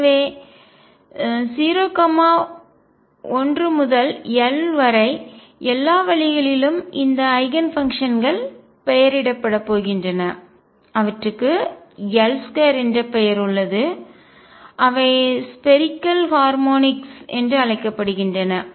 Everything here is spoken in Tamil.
எனவே 0 1 முதல் l வரை எல்லா வழிகளிலும் இந்த ஐகன்ஃபங்க்ஷன்கள் பெயரிடப்படப் போகின்றன அவற்றுக்கு L2 என்ற பெயர் உள்ளது அவை ஸ்பேரிக்கல் கோள ஹார்மோனிக்ஸ் என்று அழைக்கப்படுகின்றன